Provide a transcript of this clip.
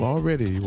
Already